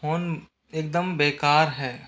phone एकदम बेकार है